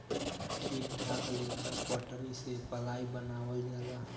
ठीक ठाक लेखा पटरी से पलाइ बनावल जाला